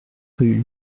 rue